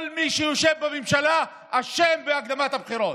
כל מי שיושב בממשלה אשם בהקדמת הבחירות.